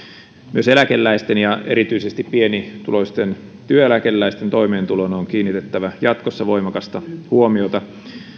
myös eläkeläisten ja erityisesti pienituloisten työeläkeläisten toimeentuloon on kiinnitettävä jatkossa voimakasta huomiota